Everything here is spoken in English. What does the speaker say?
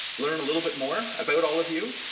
learn a little bit more about all of you.